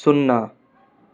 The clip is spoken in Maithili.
सुन्ना